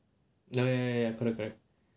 oh ya ya ya correct correct